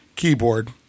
keyboard